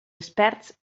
experts